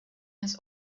has